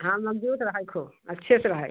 हाँ मज़बूत रहे ख़ूब अच्छे से रहे